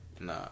nah